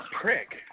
prick